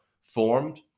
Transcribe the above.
formed